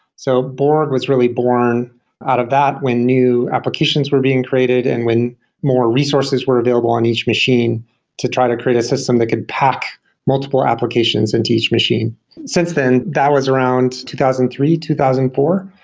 so borg was really born out of that when new applications were being created and when more resources were available on each machine to try to create a system that could pack multiple applications into each machine since then that was around two thousand and three, two thousand and four.